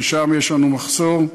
שבהם יש לנו מחסור,